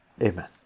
Amen